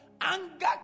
Anger